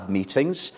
meetings